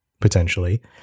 potentially